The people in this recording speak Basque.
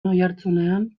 oihartzunean